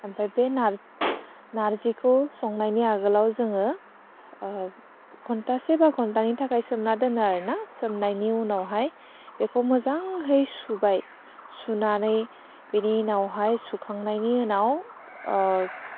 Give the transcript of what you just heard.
आमफाय बे नारजि नारजिखौ संनायनि आगोलाव जोङो घण्टासे बा घण्टानैनि थाखाय सोमनानै दोनो आरोना सोमनायनि उनावहाय बेखौ मोजांहै सुबाय सुनानै बेनि उनावहाय सुखांनायनि उनाव सु